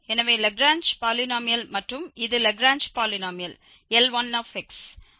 எனவே Lagrange polynomial மற்றும் இது லாக்ரேஞ்ச் பாலினோமியல் L1 ஆகும்